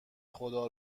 خدا